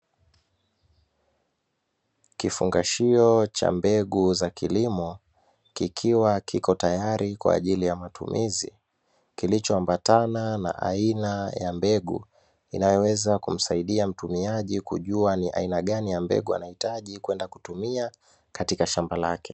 Kifungashio cha mbegu za kilimo kikiwa kiko tayari kwa ajili ya matumizi, kilichoambatana na aina ya mbegu inayoweza kumsaidia mtumiaji kujua ni aina gani ya mbegu anahitaji kwenda kutumia katika shamba lake.